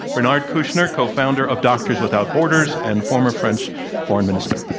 bernard kouchner, co-founder of doctors without borders and former french foreign minister.